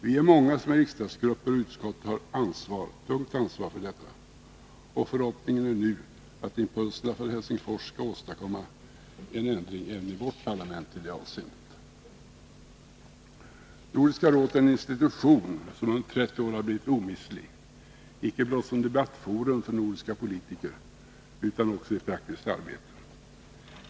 Vi är många som i riksdagsgrupper och utskott har ett tungt ansvar för detta, och förhoppningen är nu att impulserna från Helsingfors skall åstadkomma en ändring även i vårt parlament i det avseendet. Nordiska rådet är en institution som under 30 år har blivit omistlig — icke blott som debattforum för nordiska politiker utan också i praktiskt arbete.